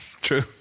true